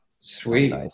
sweet